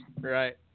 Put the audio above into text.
Right